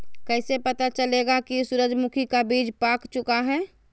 कैसे पता चलेगा की सूरजमुखी का बिज पाक चूका है?